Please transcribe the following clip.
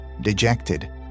dejected